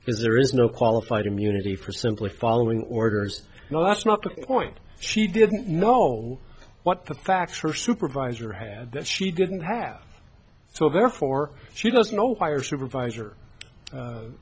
because there is no qualified immunity for simply following orders no that's not the point she didn't know what the facts her supervisor had that she didn't have so therefore she goes no higher supervisor